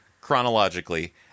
chronologically